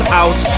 out